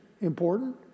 important